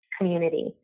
community